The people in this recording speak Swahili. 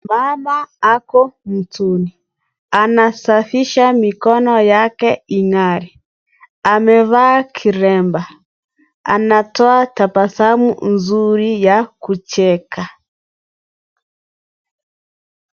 Baba ako mtoni. Anasafisha mikono yake ing'are. Amevaa kilemba. Anatoa tabasamu nzuri ya kucheka.